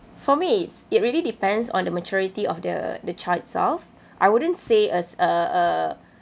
for me it's it really depends on the maturity of the the child itself I wouldn't say a s~ uh uh